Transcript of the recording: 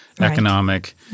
economic—